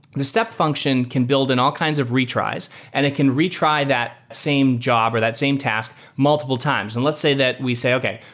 the step function can build in all kinds of retries and it can retry that same job or that same task multiple times. and let's say that we say, okay,